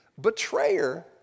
Betrayer